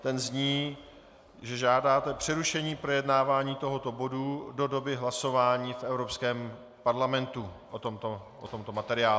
Ten zní, že žádáte přerušení projednávání tohoto bodu do doby hlasování v Evropském parlamentu o tomto materiálu.